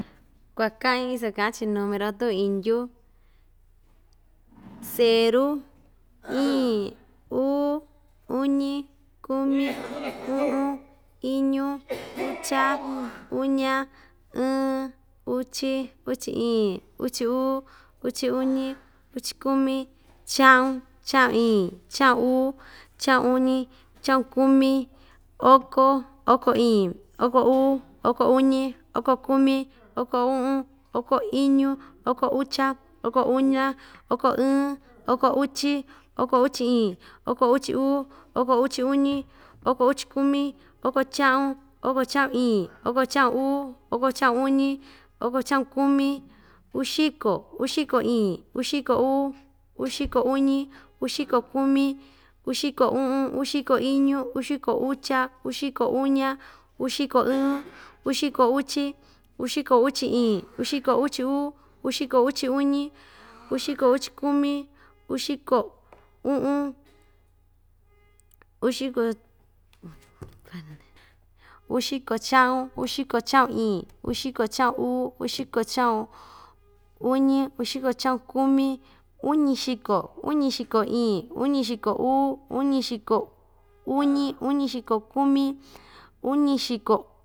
Kuakaꞌin iso kaꞌa‑chi numero tuꞌun indyu ceru iin, uu, uñi, kumi, uꞌun, iñu ucha, uña, ɨɨn, uchi, uchi iin, uchi uu, uchi uñi, uchi kumi, chaꞌun, chaꞌun iin, chaꞌun uu, chaꞌun uñi, uñixiko kumi, oko, oko iin, oko uu, oko, uñi, oko kumi, oko uꞌun, oko iñu, oko ucha, oko uña, oko ɨɨn, oko uchi, oko uchi iin, oko uchi uu, oko uchi uñi, oko uchi kumi, oko chaꞌun oko chaꞌun iin, oko chaꞌun uu, oko chaꞌun uñi, oko chaꞌun kumi, uxiko, uxiko iin, uxiko uu, uxiko uñi, uxiko kumi, uxiko uꞌun, uxiko iñu, uxiko ucha, uxiko uña, uxiko ɨɨn, uxiko uchi, uxiko uchi iin, uxiko uchi uu, uxiko uchi uñi, uxiko uchi kumi, uxiko uꞌun, uxiko uxiko chaꞌun, uxiko chaꞌun iin, uxiko chaꞌun uu, uxiko chaꞌun uñi, uxiko chaꞌun kumi, uñixiko, uñixiko iin, uñixiko uu, uñixiko uñi, uñixiko kumi, uñixiko.